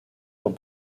con